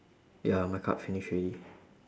ya my card finish already